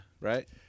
Right